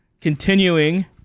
continuing